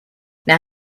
now